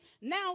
Now